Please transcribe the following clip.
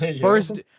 First